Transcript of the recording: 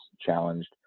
challenged